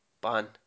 ban